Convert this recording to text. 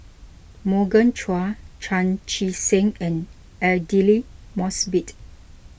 Morgan Chua Chan Chee Seng and Aidli Mosbit